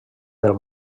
del